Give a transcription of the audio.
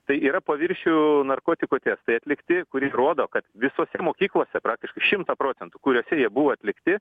tai yra paviršių narkotikų testai atlikti kurie rodo kad visose mokyklose praktiškai šimtą procentų kuriose jie buvo atlikti